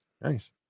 Nice